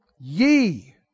Ye